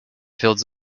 fields